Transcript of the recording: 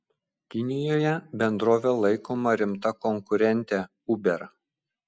kinijoje bendrovė laikoma rimta konkurente uber